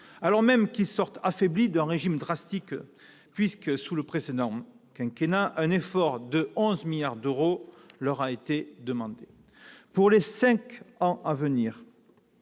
alors même qu'elles sortent affaiblies d'un régime drastique, puisque, sous le précédent quinquennat, un effort de 11 milliards d'euros leur a été demandé. Pour les cinq ans à venir,